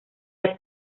del